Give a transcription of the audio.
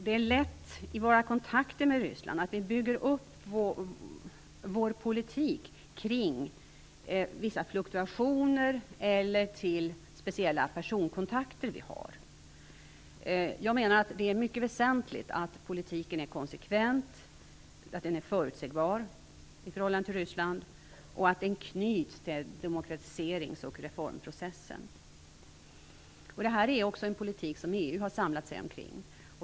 Det är lätt att vi i våra kontakter med Ryssland bygger upp vår politik kring vissa fluktuationer eller kring speciella personkontakter. Jag menar att det är mycket väsentligt att politiken är konsekvent, att den är förutsägbar i förhållande till Ryssland och att den knyts till demokratiserings och reformprocessen. Det här är också en politik som EU har samlat sig kring.